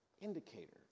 indicator